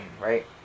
right